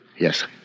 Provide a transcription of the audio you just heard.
Yes